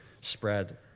spread